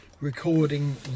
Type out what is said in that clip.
recording